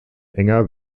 enger